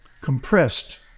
compressed